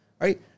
right